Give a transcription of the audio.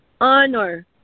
honor